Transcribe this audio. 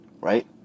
right